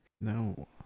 No